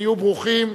תהיו ברוכים.